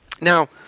Now